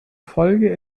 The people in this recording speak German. folge